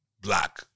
Black